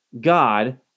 God